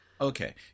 Okay